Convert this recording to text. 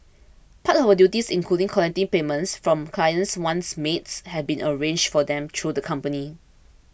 part of her duties included collecting payments from clients once maids had been arranged for them through the company